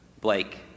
Blake